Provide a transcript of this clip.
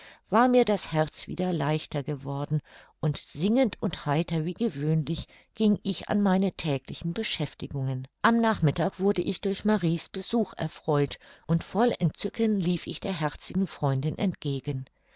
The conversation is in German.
war mir das herz wieder leichter geworden und singend und heiter wie gewöhnlich ging ich an meine täglichen beschäftigungen am nachmittag wurde ich durch marie's besuch erfreut und voll entzücken lief ich der herzigen freundin entgegen